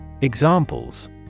Examples